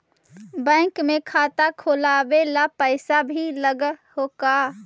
Bank में खाता खोलाबे ल पैसा भी लग है का?